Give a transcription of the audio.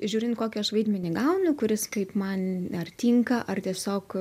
žiūrint kokį aš vaidmenį gaunu kuris kaip man ar tinka ar tiesiog